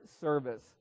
service